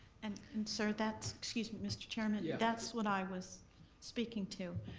and and sir, that's, excuse me, mr. chairman. yeah that's what i was speaking to.